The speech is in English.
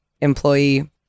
employee